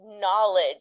knowledge